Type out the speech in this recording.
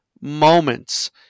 moments